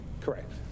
Correct